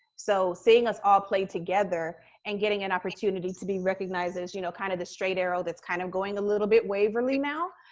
so seeing us all play together and getting an opportunity to be recognized as you know kind of the straight arrow, that's kind of going a little bit waverly now,